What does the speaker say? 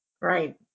Right